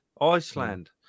Iceland